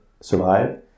survive